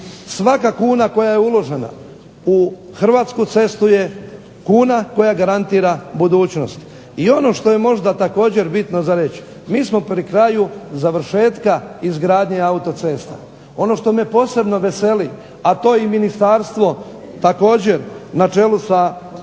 svaka kuna koja je uložena u hrvatsku cestu je kuna koja garantira budućnost. I ono što je možda također bitno za reći, mi smo pri kraju završetka izgradnje autocesta, ono što me posebno veseli a to je i ministarstvo također na čelu sa našim